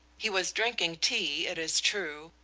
he was drinking tea, it is true,